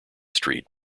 street